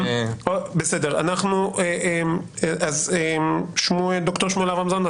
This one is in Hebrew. בסדר אנחנו אז שמו ד"ר שמואל אברמזון,